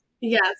Yes